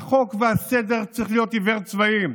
החוק והסדר צריכים להיות עיוורי צבעים.